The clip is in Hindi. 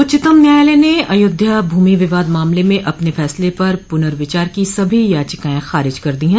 उच्चतम न्यायालय ने अयोध्या भूमि विवाद मामले में अपने फैसले पर पुनर्विचार की सभी याचिकाएं खारिज कर दी है